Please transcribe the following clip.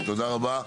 תודה רבה.